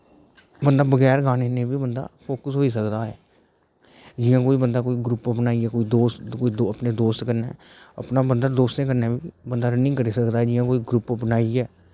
बंदा बगैर गाने नै बी बंदा फोक्स होई सकदा ऐ जियां कोई बंदा कोई ग्रुप बनाइयै कोई अपने दोस्त कन्नै अपना बंदा दोस्तें कन्नै बी बंदा रन्निंग करी सकदा ऐ जियां कोई ग्रुप बनाइयै